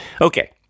Okay